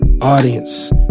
audience